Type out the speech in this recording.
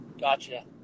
gotcha